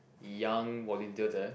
young volunteer there